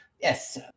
yes